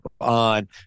on